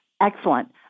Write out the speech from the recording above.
Excellent